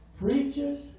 preachers